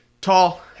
Tall